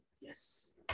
Yes